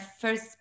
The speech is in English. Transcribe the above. first